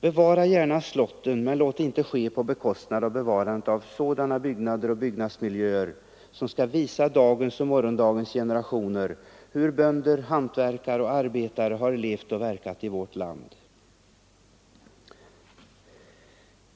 Bevara gärna slotten, men låt det inte ske på bekostnad av bevarandet av sådana byggnader och byggnadsmiljöer som skall visa dagens och morgondagens generationer hur bönder, hantverkare och arbetare har levat och verkat i vårt land!